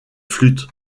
flûte